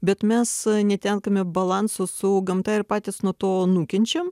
bet mes netenkame balanso su gamta ir patys nuo to nukenčiam